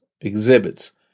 exhibits